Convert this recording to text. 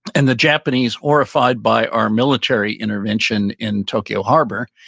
and the japanese horrified by our military intervention in tokyo harbor,